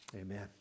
Amen